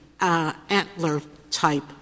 antler-type